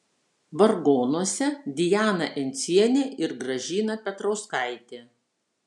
vargonuose diana encienė ir gražina petrauskaitė